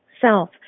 self